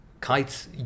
kites